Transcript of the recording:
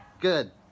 Good